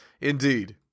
Indeed